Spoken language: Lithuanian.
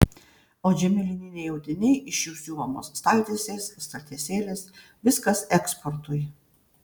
audžiami lininiai audiniai iš jų siuvamos staltiesės staltiesėlės viskas eksportui